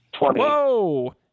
Whoa